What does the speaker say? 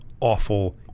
awful